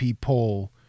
poll